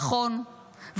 נכון,